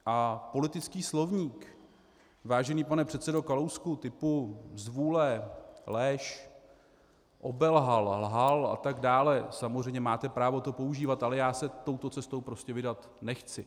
A politický slovník, vážený pane předsedo Kalousku, typu zvůle, lež, obelhal, lhal atd., samozřejmě máte právo to používat, ale já se touto cestou prostě vydat nechci.